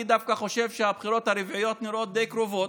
אני דווקא חושב שהבחירות הרביעיות נראות די קרובות,